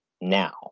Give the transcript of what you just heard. now